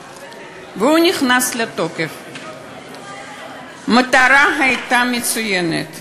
חברת הכנסת לנדבר תציג את הצעת החוק, בבקשה.